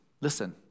Listen